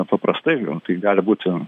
paprastai gal tai gali būti